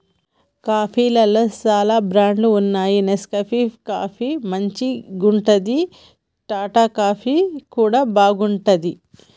కాఫీలల్ల చాల బ్రాండ్స్ వున్నాయి నెస్కేఫ్ కాఫీ మంచిగుంటది, టాటా కాఫీ కూడా బాగుంటది